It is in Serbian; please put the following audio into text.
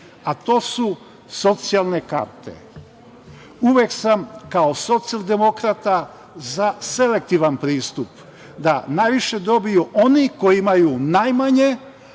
a to su socijalne karte. Uvek sam kao socijaldemokrata za selektivan pristup da najviše dobiju oni koji imaju najmanje,